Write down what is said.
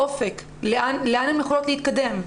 אופק, לאן הן יכולות להתקדם.